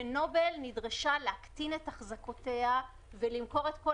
ונובל נדרשה להקטין את החזקותיה ולמכור את כל